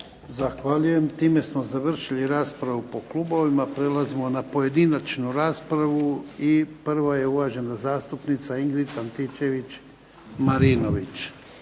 Zahvaljujem. Time smo završili raspravu po klubovima, prelazimo na pojedinačnu raspravu. Prvo je uvažena zastupnica Ingrid Antičević-Marinović.